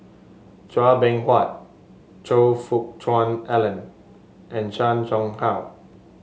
Chua Beng Huat Choe Fook Cheong Alan and Chan Chang How